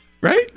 Right